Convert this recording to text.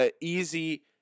easy